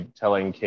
telling